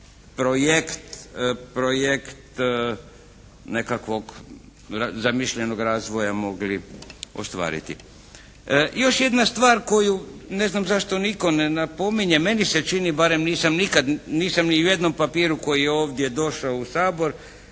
projekt nekakvog zamišljenog razvoja mogli ostvariti. Još jedna stvar koju ne znam zašto nitko ne napominje. Meni se čini, barem nisam nikad, nisam ni u jednom papiru koji je ovdje došao u Sabor